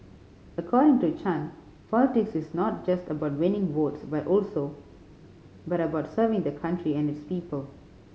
according to Chan politics is not just about winning votes but also but about serving the country and its people